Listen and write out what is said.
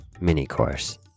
mini-course